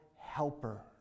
helper